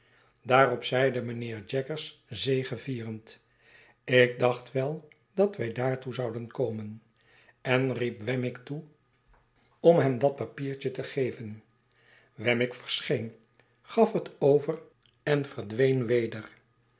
daarop zeide mijnheer jaggers zegevieend ik dacht wel dat wij daartoe zouden komen en riep wemmick toe om hem dat papiertje te geven wemmick verscheen gaf het over en verdween weder